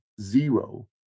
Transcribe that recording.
zero